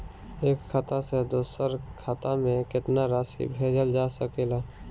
एक खाता से दूसर खाता में केतना राशि भेजल जा सके ला?